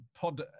pod